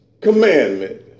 commandment